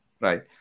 right